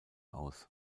aus